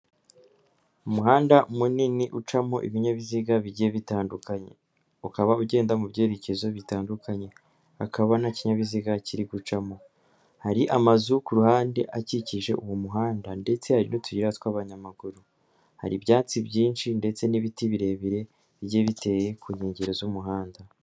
Umuhanda munini ucamo ibinyabiziga bigiye bitandukanye, ukaba ugenda mu byerekezo bitandukanye, hakaba nta kinyabiziga kiri gucamo. Hari amazu ku ruhande akikije uwo muhanda, ndetse hari n'utuyira tw'abanyamaguru. Hari ibyatsi byinshi ndetse n'ibiti birebire, bigiye biteye ku nkengero z'umuhanda.